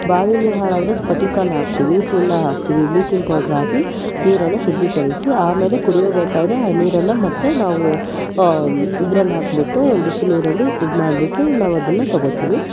ಬಾವಿ ನೀರು ಹಾಳಾದರೆ ಸ್ಫಟಿಕನ ಹಾಕ್ತೀವಿ ಸುಣ್ಣ ಹಾಕ್ತೀವಿ ಬ್ಲೀಚಿಂಗ್ ಪೌಡರ್ ಹಾಕಿ ನೀರನ್ನು ಶುದ್ಧೀಕರಿಸಿ ಆಮೇಲೆ ಕುಡಿಯಬೇಕಾದ್ರೆ ಆ ನೀರನ್ನು ಮತ್ತು ನಾವು ಇದ್ರಲ್ಲಿ ಹಾಕಿಬಿಟ್ಟು ಬಿಸಿ ನೀರಲ್ಲಿ ಈದ್ ಮಾಡ್ಬಿಟ್ಟು ನಾವು ಅದನ್ನು ತೊಗೊಳ್ತೀವಿ